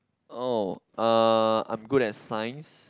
oh uh I'm good at science